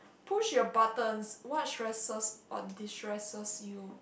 push your buttons what stresses or distresses you